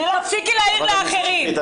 לא.